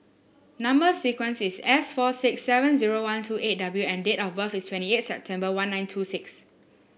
number sequence is S four six seven zero one two eight W and date of birth is twenty eight September one nine two six